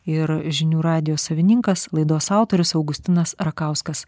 ir žinių radijo savininkas laidos autorius augustinas rakauskas